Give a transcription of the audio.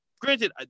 granted